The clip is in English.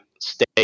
stay